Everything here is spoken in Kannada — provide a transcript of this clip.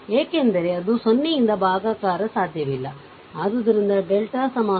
ಏಕೆಂದರೆ ಅದು 0 ಯಿಂದ ಭಾಗಾಕಾರ ಸಾಧ್ಯವಿಲ್ಲ ಆದ್ದರಿಂದ ಡೆಲ್ಟಾ 0